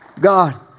God